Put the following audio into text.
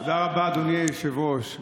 תודה רבה, אדוני היושב-ראש.